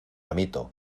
amito